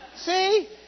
See